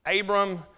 Abram